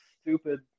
stupid